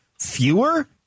fewer